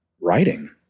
writing